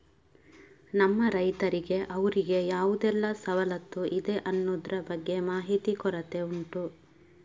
ನಮ್ಮ ರೈತರಿಗೆ ಅವ್ರಿಗೆ ಯಾವುದೆಲ್ಲ ಸವಲತ್ತು ಇದೆ ಅನ್ನುದ್ರ ಬಗ್ಗೆ ಮಾಹಿತಿ ಕೊರತೆ ಉಂಟು